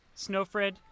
Snowfred